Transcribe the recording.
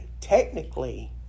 technically